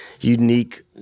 unique